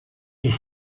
est